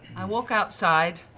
i walk outside,